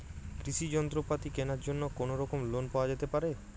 কৃষিযন্ত্রপাতি কেনার জন্য কোনোরকম লোন পাওয়া যেতে পারে?